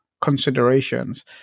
considerations